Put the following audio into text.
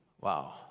wow